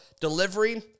delivery